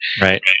Right